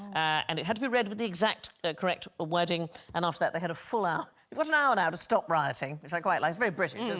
and it had to be read with the exact correct ah wedding and after that they had a full hour you've got an hour now to stop rioting, which i quite like it's very british, isn't it?